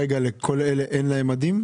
לכל אלה כרגע אין מדים?